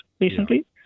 recently